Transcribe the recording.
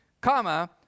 Comma